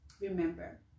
remember